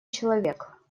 человек